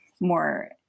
more